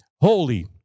Holy